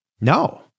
No